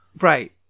Right